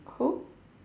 who